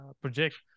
project